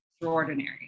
extraordinary